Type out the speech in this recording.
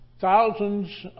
thousands